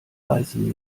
beißen